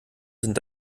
sind